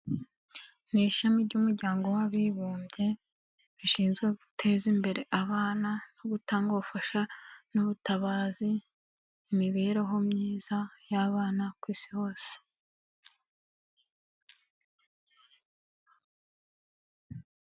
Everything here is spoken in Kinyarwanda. Ni ishami ry'umuryango w'abibumbye rishinzwe guteza imbere abana, no gutanga ubufasha n'ubutabazi, imibereho myiza y'abana ku Isi hose.